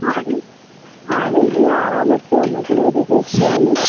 हाणे हाणे बि आरामु अचे हुन जे लाइ बि कुझु ॾियो न